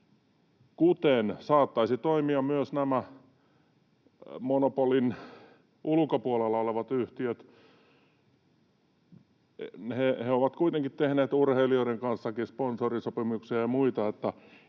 kuten saattaisivat toimia myös nämä monopolin ulkopuolella olevat yhtiöt. He ovat kuitenkin tehneet urheilijoidenkin kanssa sponsorisopimuksia ja muita,